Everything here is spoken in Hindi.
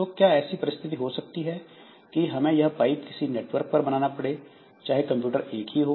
तो क्या ऐसी परिस्थिति हो सकती है कि हमें यह पाइप किसी नेटवर्क पर बनाना पड़े चाहे कंप्यूटर एक ही हो